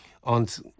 Und